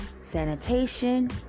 Sanitation